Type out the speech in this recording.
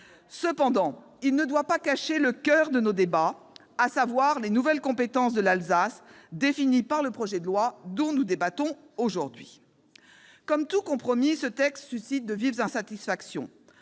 Cependant, il ne doit pas cacher le coeur de nos débats, à savoir les nouvelles compétences de l'Alsace définies par le projet de loi dont nous débattons aujourd'hui. Comme tout compromis, ce texte suscite de vives insatisfactions,